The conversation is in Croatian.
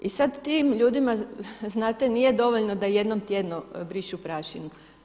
I sad tim ljudima znate nije dovoljno da jednom tjedno brišu prašinu.